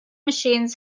machines